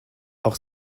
auch